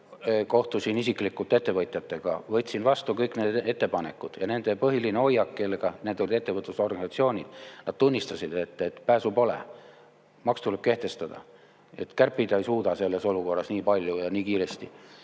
kohtusin isiklikult ettevõtjatega, võtsin vastu kõik need ettepanekud. Nende põhiline hoiak – need olid ettevõtlusorganisatsioonid – oli, et nad tunnistasid, et pääsu pole, maks tuleb kehtestada, sest kärpida ei suuda selles olukorras nii palju ja nii kiiresti,